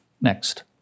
Next